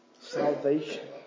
salvation